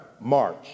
March